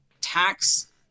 tax